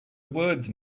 words